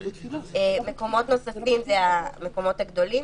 מקומות נוספים זה המקומות הגדולים,